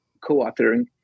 co-authoring